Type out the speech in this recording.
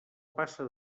passa